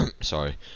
sorry